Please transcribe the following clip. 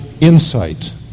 insight